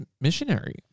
missionary